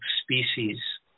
species